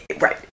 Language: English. Right